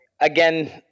again